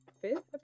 fifth